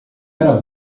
era